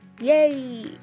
yay